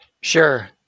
Sure